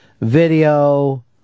video